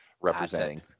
representing